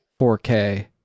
4k